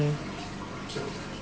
mm